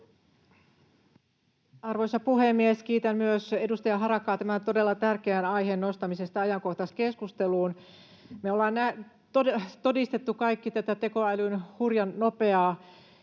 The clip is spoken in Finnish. Arvoisa puhemies! Kiitän myös edustaja Harakkaa tämän todella tärkeän aiheen nostamisesta ajankohtaiskeskusteluun. Me ollaan todistettu kaikki tätä tekoälyn hurjan nopeaa